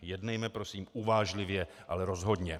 Jednejme prosím uvážlivě, ale rozhodně.